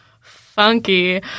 funky